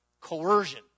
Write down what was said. Coercion